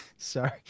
Sorry